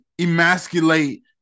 emasculate